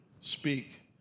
speak